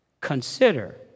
consider